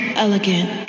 Elegant